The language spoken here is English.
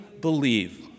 believe